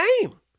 game